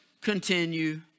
continue